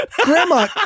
Grandma